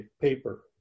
paper